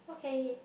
okay